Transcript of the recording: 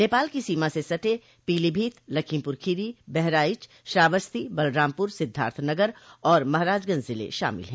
नेपाल की सीमा से सटे पीलीभीत लखीमपुर खीरी बहराइच श्रावस्ती बलरामपुर सिद्धार्थनगर और महराजगंज ज़िले शामिल हैं